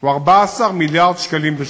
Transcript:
הוא 14 מיליארד שקלים.